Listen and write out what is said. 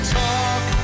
talk